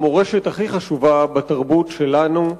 המורשת הכי חשובה בתרבות שלנו,